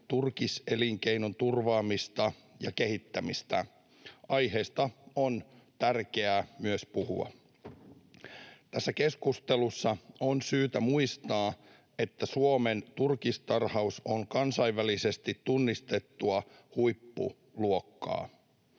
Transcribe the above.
turkiselinkeinon turvaamista ja kehittämistä. Aiheesta on tärkeää puhua. Tässä keskustelussa on syytä muistaa, että Suomen turkistarhaus on kansainvälisesti tunnistettua huippuluokkaa.